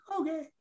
okay